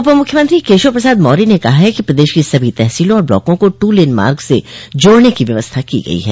उप मुख्यमंत्री केशव प्रसाद मौर्य ने कहा है कि प्रदेश की सभी तहसीलों और ब्लाकों को टू लेन मार्ग से जोड़ने की व्यवस्था की गई है